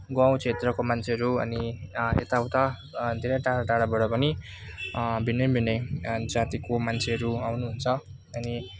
गाउँ क्षेत्रको मान्छेहरू अनि यताउता धेरै टाढा टाढाबाट पनि भिन्नै भिन्नै जातिको मान्छेहरू आउनुहुन्छ अनि